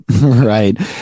right